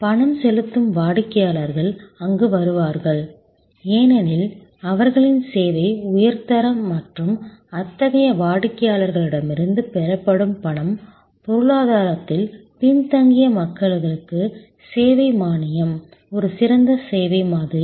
பணம் செலுத்தும் வாடிக்கையாளர்கள் அங்கு வருகிறார்கள் ஏனெனில் அவர்களின் சேவையின் உயர் தரம் மற்றும் அத்தகைய வாடிக்கையாளர்களிடமிருந்து பெறப்படும் பணம் பொருளாதாரத்தில் பின்தங்கிய மக்களுக்கு சேவை மானியம் ஒரு சிறந்த சேவை மாதிரி